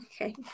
Okay